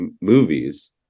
movies